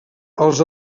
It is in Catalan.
els